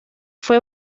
fue